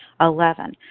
Eleven